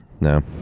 No